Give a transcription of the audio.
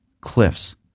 cliffs